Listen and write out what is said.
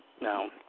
No